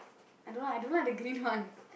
I don't know I don't like the green one